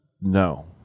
no